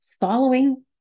following